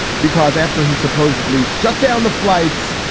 because after he supposedly shut down the flights,